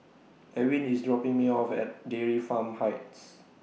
Ewin IS dropping Me off At Dairy Farm Heights